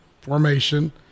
formation